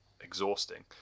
exhausting